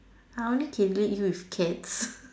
I only can lead you with cats